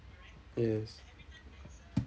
yes